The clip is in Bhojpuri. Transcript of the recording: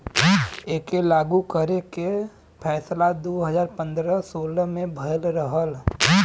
एके लागू करे के फैसला दू हज़ार पन्द्रह सोलह मे भयल रहल